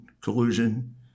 collusion